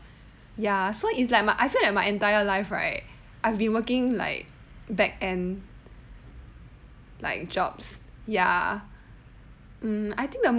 ya so it's like but I feel like my entire life right I've been working like backend like jobs ya um I think the most